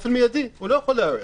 באופן מיידי הוא לא יכול להיערך.